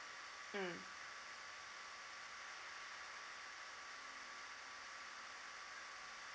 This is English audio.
mm